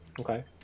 Okay